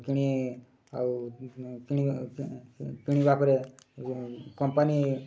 କିଣି ଆଉ କିଣିବା କିଣିବା ପରେ କମ୍ପାନୀ